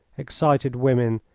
excited women,